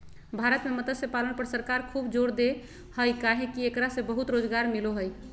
भारत में मत्स्य पालन पर सरकार खूब जोर दे हई काहे कि एकरा से बहुत रोज़गार मिलो हई